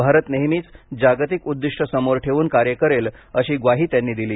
भारत नेहमीच जागतिक उद्दीष्ट समोर ठेवून कार्य करेल अशी ग्वाही त्यांनी दिली